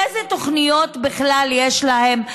איזה תוכניות בכלל יש להם?